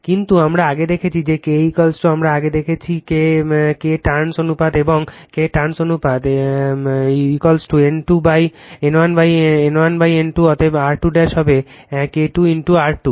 কিন্তু আমরা আগে দেখেছি যে K আমরা আগে দেখেছি K ট্রান্স অনুপাত N1 N2 অতএব R2 হবে K 2 R2